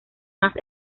más